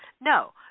no